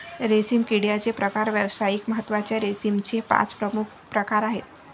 रेशीम किड्याचे प्रकार व्यावसायिक महत्त्वाच्या रेशीमचे पाच प्रमुख प्रकार आहेत